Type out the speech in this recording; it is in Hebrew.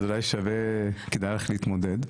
אולי כדאי לך להתמודד.